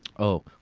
oh.